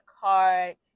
card